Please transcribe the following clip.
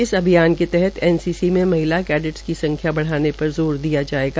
इस अभियान के तहत एनसीसी में महिला कैडेट्स की संख्या बढ़ाने पर जोर दिया जायेगा